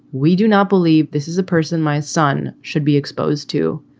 we do not believe this is a person my son should be exposed to,